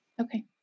Okay